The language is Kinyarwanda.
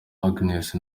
agnes